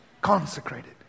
Consecrated